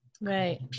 Right